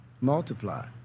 multiply